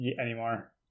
anymore